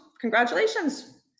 congratulations